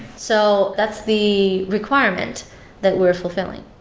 so that's the requirement that we're fulfilling.